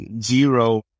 zero